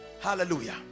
Hallelujah